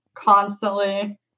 Constantly